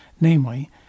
namely